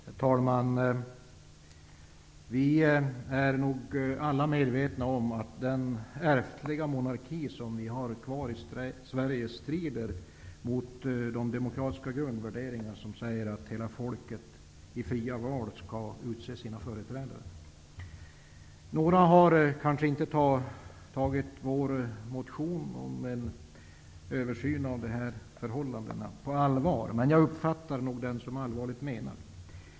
Herr talman! Vi alla är nog medvetna om att den ärftliga monarki som finns kvar i Sverige strider mot de demokratiska grundvärderingarna om att hela folket i fria val skall utse sina företrädare. Några har kanske inte tagit vår motion om en översyn av de här förhållandena på allvar. Men jag uppfattar den nog som allvarligt menad.